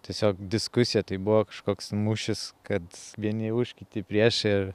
tiesiog diskusija tai buvo kažkoks mūšis kad vieni už kiti prieš ir